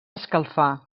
escalfar